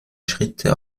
schritte